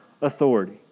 authority